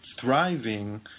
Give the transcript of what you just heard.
thriving